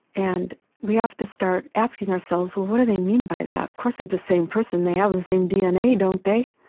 and we have to start asking ourselves, well, what do they mean by that? of course, they're the same person. they have the same dna, don't they?